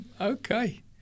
Okay